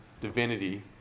divinity